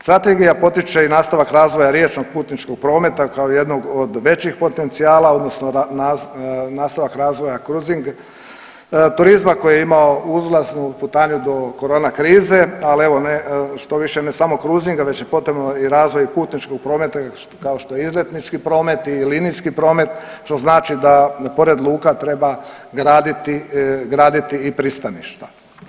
Strategija potiče i nastavak razvoja riječnog putničkog prometa kao jednog od većih potencijala, odnosno nastavak razvoja kruzing, turizma koji je imao uzlaznu putanju do korona krize, ali evo, ne štoviše ne samo kruzinga, već je potrebno i razvoj putničkog prometa, kao što je izletnički promet i linijski promet, što znači da pored luka treba graditi i pristaništa.